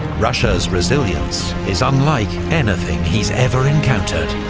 russia's resilience is unlike anything he's ever encountered.